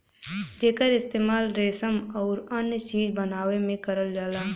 जेकर इस्तेमाल रेसम आउर अन्य चीज बनावे में करल जाला